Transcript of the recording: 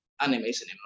animation